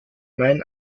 meinen